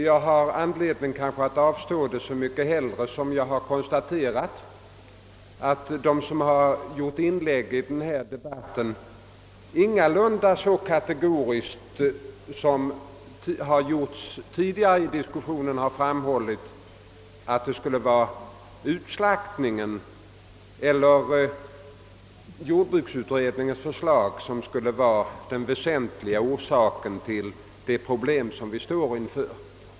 Jag har anledning att avstå härifrån så mycket mer som jag konstaterar, att det i de inlägg som gjorts i denna debatt ingalunda så kategoriskt som tidigare uttalats, att det skulle vara jordbruksutredningens förslag som är den egentliga orsaken till dagens problem.